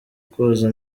koza